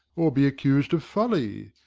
or be accus'd of folly.